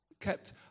kept